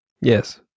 Yes